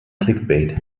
clickbait